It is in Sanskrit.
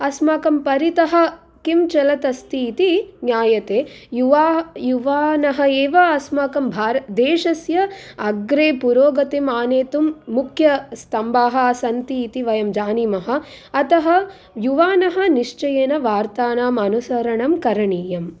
अस्माकं परितः किं चलत् अस्ति इति ज्ञायते युवा युवानः एव अस्माकं भारतदेशस्य अग्रे पुरोगतिम् आनेतुं मुख्यस्तम्बाः सन्ति इति वयं जानीमः अतः युवानः निश्चयेन वार्तानां अनुसरणं करणीयम्